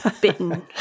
bitten